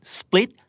split